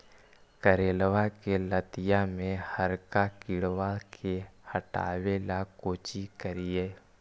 करेलबा के लतिया में हरका किड़बा के हटाबेला कोची करिए?